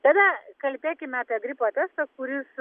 tada kalbėkime apie gripo testą kuris